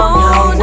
no